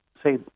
say